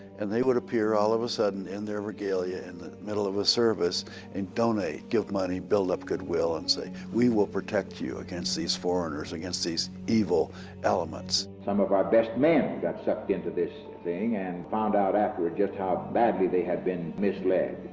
and they would appear all of a sudden in their regalia in the middle of a service and donate, give money, build up goodwill, and say we will protect you against these foreigners, against these evil elements. some of our best men got sucked into this thing and found out afterwards just how badly they had been misled.